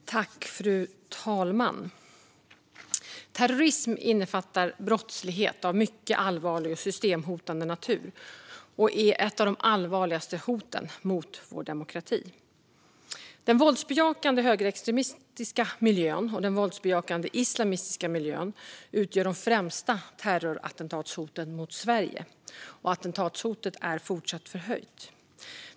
Föreningsfrihet och terroristorganisationer Fru talman! Terrorism innefattar brottslighet av mycket allvarlig och systemhotande natur och är ett av de allvarligaste hoten mot vår demokrati. Den våldsbejakande högerextremistiska miljön och den våldsbejakande islamistiska miljön utgör de främsta terrorattentatshoten mot Sverige. Och attentatshotet är fortsatt förhöjt.